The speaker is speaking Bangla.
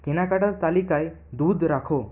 কেনাকাটার তালিকায় দুধ রাখো